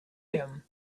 him